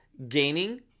Gaining